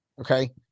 Okay